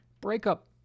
Breakup